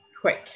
quick